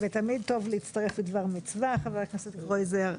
תמיד טוב להצטרף לדבר מצווה, חבר הכנסת קרויזר.